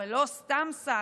ולא סתם שר,